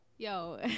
Yo